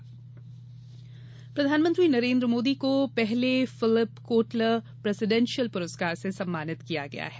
मोदी पुरस्कार प्रधानमंत्री नरेन्द्र मोदी को पहले फिलिप कोटलर प्रेसिडेंशियल पुरस्कार से सम्मानित किया गया है